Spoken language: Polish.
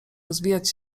rozwijać